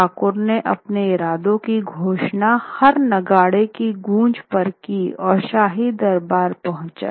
ठाकुर ने अपने इरादों की घोषणा हर नगाड़े की गूँज पर की और शाही दरबार पंहुचा